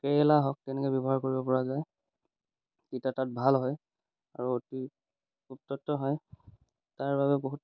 কেৰেলা হওক তেনেকৈ ব্যৱহাৰ কৰিব পৰা যায় তিতা তাত ভাল হয় আৰু অতি হয় তাৰ বাবে বহুত